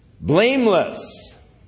Blameless